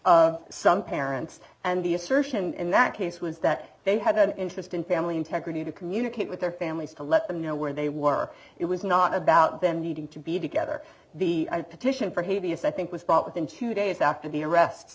of some parents and the assertion in that case was that they had an interest in family integrity to communicate with their families to let them know where they were it was not about them needing to be together the petition for hay vs i think was brought within two days after the arrest